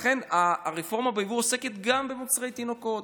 לכן הרפורמה ביבוא עוסקת גם במוצרי תינוקות,